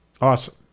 Awesome